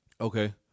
Okay